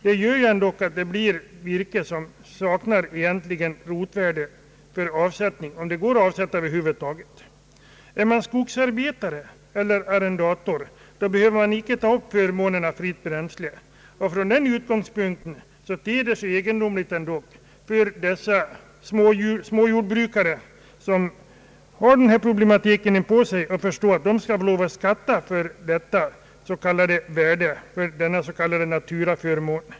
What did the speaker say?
Det gör att det blir virke som egentligen saknar rotvärde för avsättning, om det över huvud taget går att avsätta, som man använder till eget bränsle. En skogsarbetare eller arrendator behöver inte vid beskattningen ta upp den förmån som fritt bränsle utgör. Ur den utgångspunkten ter det sig egendomligt för småbrukarna att de skall behöva betala skatt för denna s.k. naturaförmån som klenvirket utgör.